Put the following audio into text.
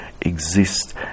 exist